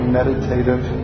meditative